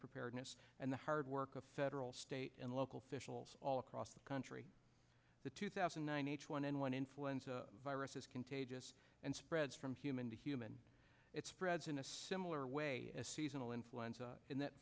preparedness and the hard work of federal state and local officials all across the country the two thousand and nine one n one influenza virus is contagious and spreads from human to human it spreads in a similar way as seasonal influenza in that